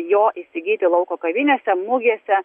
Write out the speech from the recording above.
jo įsigyti lauko kavinėse mugėse